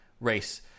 race